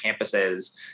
campuses